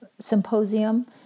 symposium